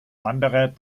wanderer